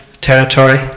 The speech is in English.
territory